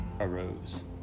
arose